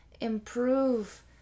improve